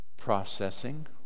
processing